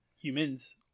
Humans